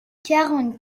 quarante